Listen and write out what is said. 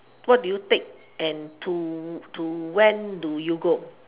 what do you take and to to when do you go